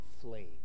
flame